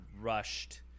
rushed